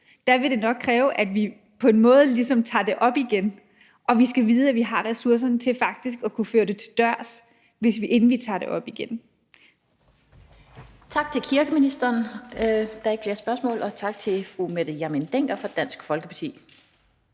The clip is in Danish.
gået, vil det nok kræve, at vi på en måde ligesom tager det op igen. Og vi skal vide, at vi har ressourcerne til faktisk at kunne følge det til dørs, inden vi tager det op igen. Kl. 16:53 Den fg. formand (Annette Lind): Tak til kirkeministeren. Der er ikke flere spørgsmål. Og tak til fru Mette Hjermind Dencker fra Dansk Folkeparti.